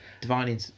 Divine